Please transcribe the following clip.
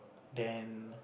then